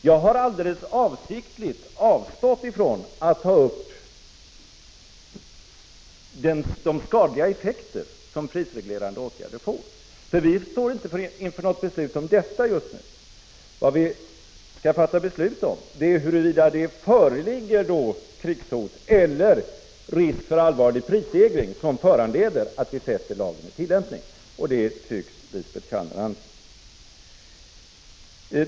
Jag har avsiktligt avstått från att ta upp de skadliga effekter som prisreglerande åtgärder får, för vi står inte inför något beslut om detta just nu. Vad vi skall fatta beslut om är huruvida det föreligger krigshot eller risk för allvarlig prisstegring som föranleder att vi sätter lagen i tillämpning — och det tycks Lisbet Calner anse.